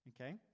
Okay